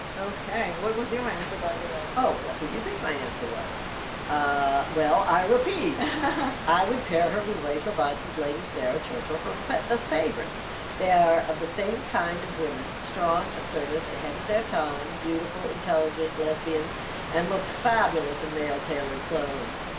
okay, what was your answer by the way, like oh so you think my answer was ah well, i repeat i would pair her with rachel bisons lady sarah church or from the favorite they are of the same kind of women strong assertive ahead of their time beautiful intelligent lesbians and looked fabulous a male tailored clothes